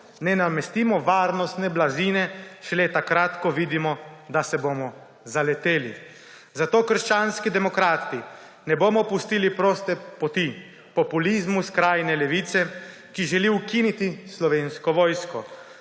ne namestimo varnostne blazine šele takrat, ko vidimo, da se bomo zaleteli. Zato krščanski demokrati ne bomo pustili proste poti populizmu skrajne levice, ki želi ukiniti Slovensko vojsko.